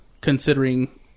considering